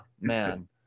man